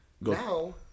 Now